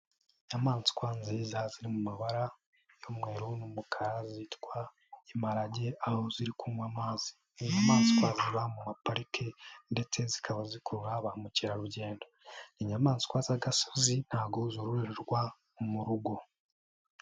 Inyamaswa nziza ziri mu mabara y'umweru n'umukara zitwa imparage, aho ziri kunywa amazi, ni inyamaswa ziba mu maparike ndetse zikaba zikurura ba mukerarugendo, ni inyamaswa z'agasozi ntago zoroherwa mu rugo.